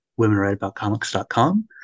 womenwriteaboutcomics.com